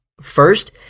First